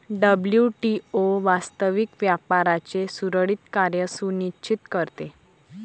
WTO वास्तविक व्यापाराचे सुरळीत कार्य सुनिश्चित करते